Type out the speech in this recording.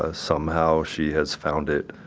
ah somehow she has found it